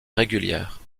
régulière